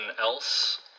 else